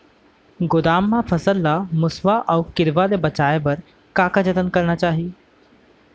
गोदाम मा फसल ला मुसवा अऊ कीरवा मन ले बचाये बर का जतन करना चाही?